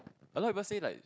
a lot of people say like